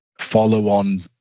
follow-on